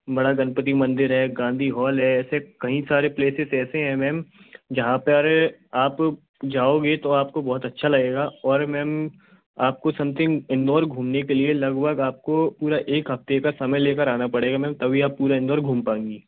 बड़ा गणपति मंदिर है गाँधी हॉल है ऐसे कई सारे प्लेसेस ऐसे है मैम जहाँ पर आप जाओगे तो आपको बहुत अच्छा लगेगा और मैम आपको समथिंग इंदौर घूमने के लिए लगभग आपको पूरा एक हफ़्ते का समय लेकर आना पड़ेगा मैम तभी आप पूरा इंदौर घूम पाएँगी